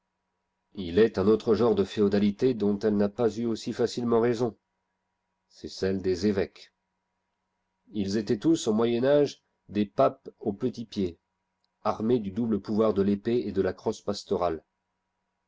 il est un autre genre de féodalité dont elle n'a pas eu aussi facilement raison c'est celle des évoques ils étaient tous au moyen âge des papes au petit pied armés du double pouvoir de l'épée et de la crosse pastorale